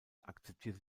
akzeptierte